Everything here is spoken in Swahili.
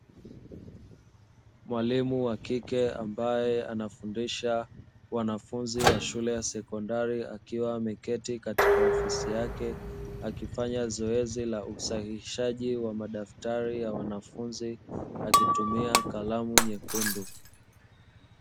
Mwalimu wa kike ambae anafundisha wanafunzi wa shule ya sekondari akiwa ameketi katika ofisi yake, akifanya zoezi la usahihishaji wa madaftari ya wanafunzi akitumia kalamu nyekundu.